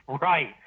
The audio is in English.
Right